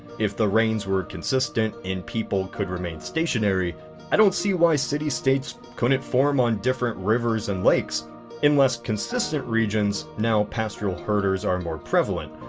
if the rains were consistent and people could remain stationary i don't see why city-states couldn't form on different rivers and lakes unless consistent regions now pastoral herders are more prevalent.